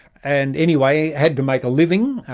and anyway, had to make a living,